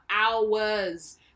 hours